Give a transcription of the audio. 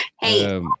Hey